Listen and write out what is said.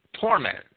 torment